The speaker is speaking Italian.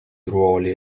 ruoli